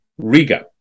Riga